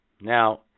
Now